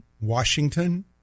Washington